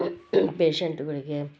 ಪೇಷಂಟ್ಗಳಿಗೆ